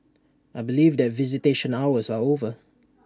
I believe that visitation hours are over